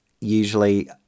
Usually